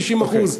90%?